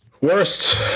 worst